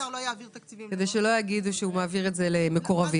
כדי שלא יגידו שהוא מעביר את זה למקורבים.